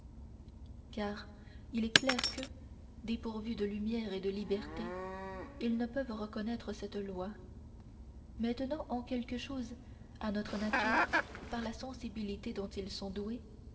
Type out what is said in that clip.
car il est clair que dépourvus de lumières et de liberté ils ne peuvent reconnaître cette loi mais tenant en quelque chose à notre nature par la sensibilité dont ils sont doués